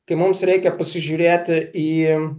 kai mums reikia pasižiūrėti į